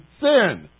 sin